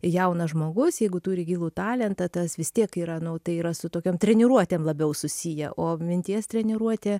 jaunas žmogus jeigu turi gilų talentą tas vis tiek yra nau tai yra su tokiom treniruotėm labiau susiję o minties treniruotė